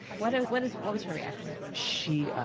what what is what was her reaction? she.